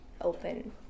open